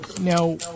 now